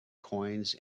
coins